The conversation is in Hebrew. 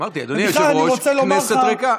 אמרתי, אדוני היושב-ראש, כנסת ריקה.